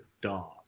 dog